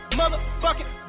motherfucking